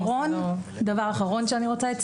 דבר אחרון שאני רוצה.